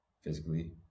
physically